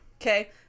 Okay